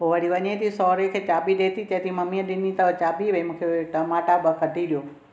पोइ वरी वञे थी साहुरे खे चाबी ॾे थी चवे थी मम्मीअ ॾिनी अथव चाबी भइ मूंखे टमाटा ॿ कढी ॾियो